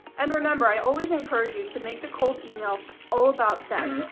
and remember, i always encourage you to make the cold email all about them.